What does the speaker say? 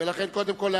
ולכן קודם כול,